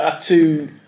To-